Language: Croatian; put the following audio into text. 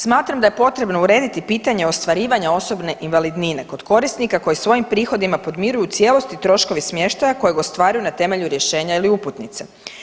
Smatram da je potrebno urediti pitanje ostvarivanja osobne invalidnine kod korisnika koji svojim prihodima podmiruju u cijelosti troškove smještaja kojeg ostvaruju na temelju rješenja ili uputnice.